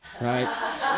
right